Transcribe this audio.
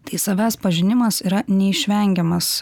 tai savęs pažinimas yra neišvengiamas